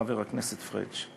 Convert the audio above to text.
חבר הכנסת פריג',